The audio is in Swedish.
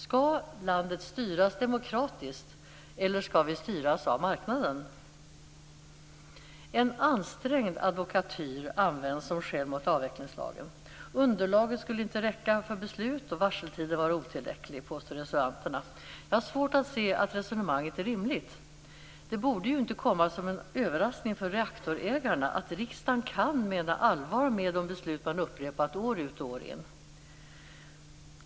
Skall landet styras demokratiskt eller skall vi styras av marknaden? En ansträngd advokatyr används som skäl mot avvecklingslagen. Underlaget skulle inte räcka till för beslut och varseltiden skulle vara otillräcklig. Detta påstår reservanterna. Jag har svårt att se att det resonemanget är rimligt. Det borde inte komma som en överraskning för reaktorägarna att riksdagen kan mena allvar med de beslut som upprepats år ut och år in.